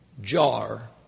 jar